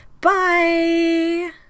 Bye